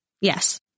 Yes